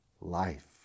life